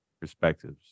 perspectives